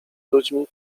ludźmi